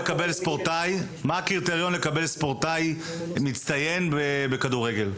מה הקריטריון לקבלת מעמד ספורטאי מצטיין בכדורגל.